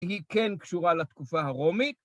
היא כן קשורה לתקופה הרומית.